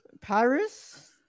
Paris